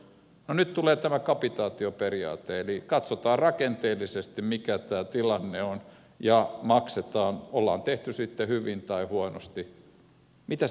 no nyt tulee tämä kapitaatioperiaate eli katsotaan rakenteellisesti mikä tämä tilanne on ja maksetaan ollaan tehty sitten hyvin tai huonosti